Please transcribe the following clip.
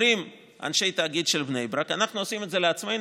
אומרים אנשי התאגיד של בני ברק: אנחנו עושים את זה לעצמנו,